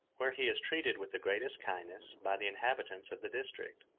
where he is treated with the greatest kindness by the inhabitants of the district